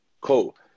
cool